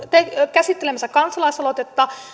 käsittelemässä kansalaisaloitetta